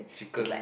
is like